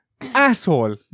asshole